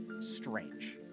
strange